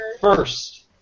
first